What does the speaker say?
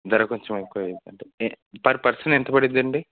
ధర కొంచెం ఎక్కువ అవుతుంది అంటే పర్ పర్సన్ ఎంత పడుతుంది అండి